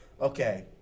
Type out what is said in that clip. okay